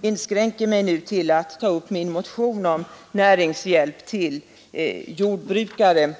inskränker mig nu till att tala om min motion om näringshjälp till jordbrukare.